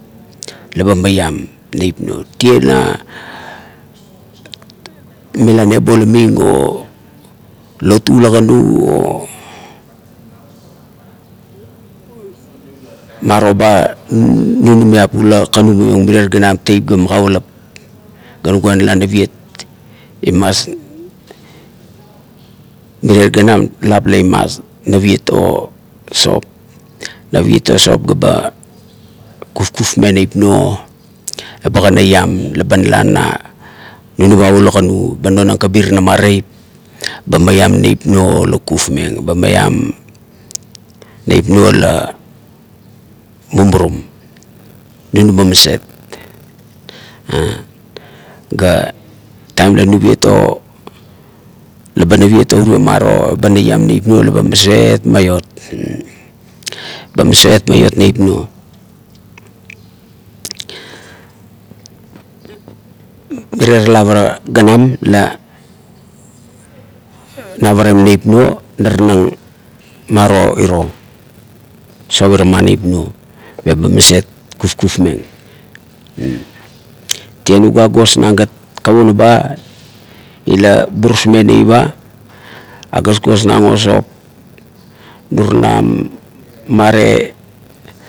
Leba maiam neip nuo. Tie a mila nebolaming o lotu ula kanu o maroba nunumiap ula kanu maiong mirie ganam teip go magaulap gra nugua nala naviet imas mirie ganam lap la imas navviet o sop naviet o sop ga ba kufkufmeng neip nuo, eba kan neiam laba nala na nunamap ula kanu ga nonang kabirana ma teip, eba meiam neip nuo la kufmeng ba meiam neip nuo la mumurum. Tenuba maset ga taim la nuviet o, laba nuviet o urio maro ba neiam neip nuo laba maset maiot ba maset maiot neip nuo. Mirie na lap ganam, navarung neip nuo, naranang maro iro sop irama neip nuo meba maset kufkufmeng. Tie la nugua gosnang kovuna ba ila burusmeng neip a, agosgosnang o sop nuranam mame